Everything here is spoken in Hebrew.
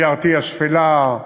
BRT השפלה,